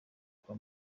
kwa